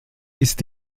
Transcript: ist